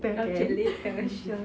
not yet later sure